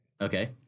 Okay